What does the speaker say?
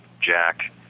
Jack